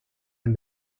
and